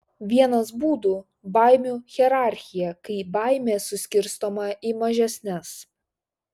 vienas būdų baimių hierarchija kai baimė suskirstoma į mažesnes